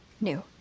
New